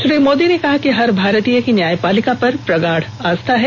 श्री मोदी ने कहा कि हर भारतीय की न्यायपालिका पर प्रागाढ़ आस्था है